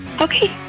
Okay